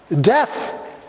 Death